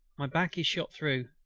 my back is shot through.